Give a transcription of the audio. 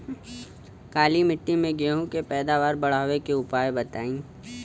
काली मिट्टी में गेहूँ के पैदावार बढ़ावे के उपाय बताई?